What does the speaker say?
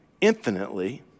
infinitely